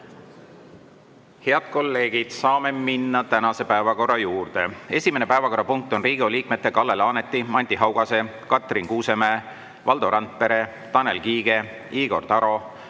Head kolleegid, saame minna tänase päevakorra juurde. Esimene päevakorrapunkt on Riigikogu liikmete Kalle Laaneti, Anti Haugase, Katrin Kuusemäe, Valdo Randpere, Tanel Kiige, Igor Taro,